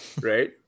Right